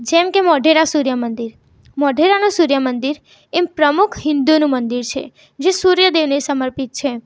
જેમ કે મોઢેરા સૂર્ય મંદિર મોઢેરાનું સૂર્યમંદિર એમ પ્રમુખ હિન્દુનું મંદિર છે જે સૂર્યદેવને સમર્પિત છે